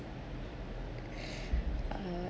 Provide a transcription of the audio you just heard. uh